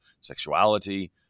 sexuality